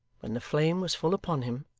when the flame was full upon him,